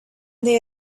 they